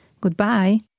Goodbye